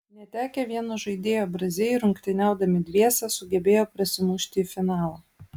netekę vieno žaidėjo braziai rungtyniaudami dviese sugebėjo prasimušti į finalą